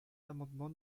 l’amendement